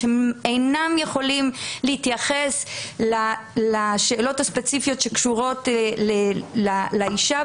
והם אינם יכולים להתייחס לשאלות הספציפיות שקשורות לאישה,